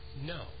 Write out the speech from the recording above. No